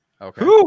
Okay